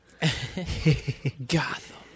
Gotham